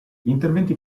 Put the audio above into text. interventi